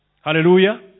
Hallelujah